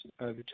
over